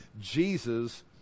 Jesus